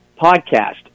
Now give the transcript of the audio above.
podcast